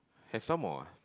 have some more ah